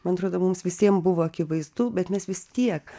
man atrodo mums visiem buvo akivaizdu bet mes vis tiek